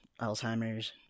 alzheimer's